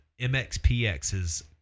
MXPX's